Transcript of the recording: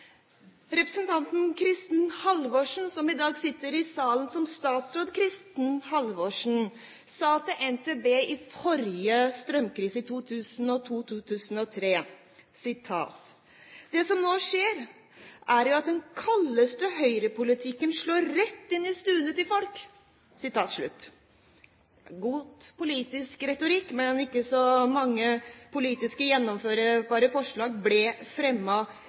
Representanten Kristin Halvorsen, som i dag sitter i salen som statsråd Kristin Halvorsen, sa til NTB under forrige strømkrise, i 2002–2003, at «det som nå skjer er jo at den kaldeste høyrepolitikken slår rett inn i stuene til folk». God politisk retorikk, men ikke så mange politisk gjennomførbare forslag ble